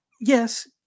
yes